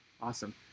Awesome